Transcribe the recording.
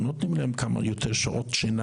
ונותנים להם יותר שעות שינה,